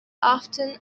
often